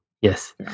Yes